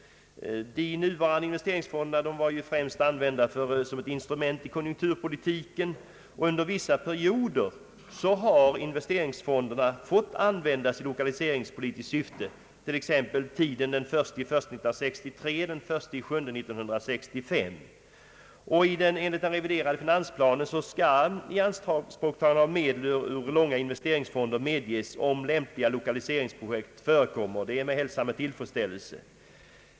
De nuvarande investeringsfonderna är ju främst avsedda som ett instrument för konjunkturpolitiken, men de har under vissa perioder fått användas i lokaliseringspolitiskt syfte, t.ex. under tiden 1 7 1965. Enligt den reviderade finansplanen skall ianspråktagande av medel ur de »långa» investeringsfonderna medges, om lämpliga lokaliseringsprojekt föreligger, och det är att hälsa med tillfredsställelse.